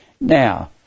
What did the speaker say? Now